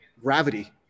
Gravity